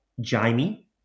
Jamie